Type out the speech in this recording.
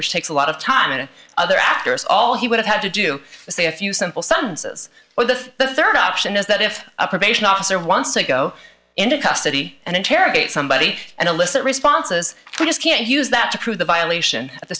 which takes a lot of time and other actors all he would have had to do is say a few simple sentences or the third option is that if a probation officer once to go into custody and interrogate somebody and elicit responses we just can't use that to prove the violation at th